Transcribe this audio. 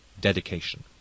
Dedication